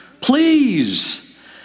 please